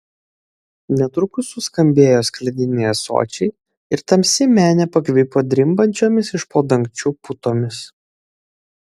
netrukus suskambėjo sklidini ąsočiai ir tamsi menė pakvipo drimbančiomis iš po dangčiu putomis